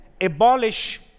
abolish